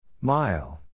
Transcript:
Mile